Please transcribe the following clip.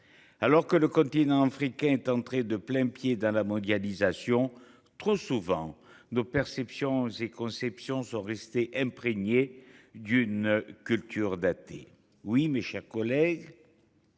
Alors que le continent africain est entré de plain pied dans la mondialisation, nos perceptions et conceptions sont trop souvent restées imprégnées d’une culture datée. Oui, mes chers collègues,